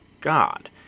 God